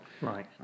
Right